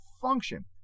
function